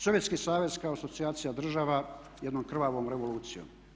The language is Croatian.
Sovjetski savez kao asocijacija država jednom krvavom revolucijom.